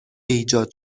ایجاد